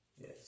Yes